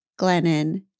Glennon